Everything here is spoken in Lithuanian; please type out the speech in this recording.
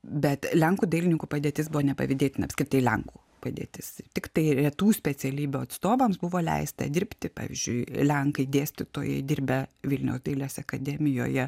bet lenkų dailininkų padėtis buvo nepavydėtina apskritai lenkų padėtis tiktai retų specialybių atstovams buvo leista dirbti pavyzdžiui lenkai dėstytojai dirbę vilniaus dailės akademijoje